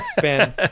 Ben